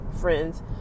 friends